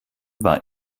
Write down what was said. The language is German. war